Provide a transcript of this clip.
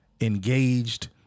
engaged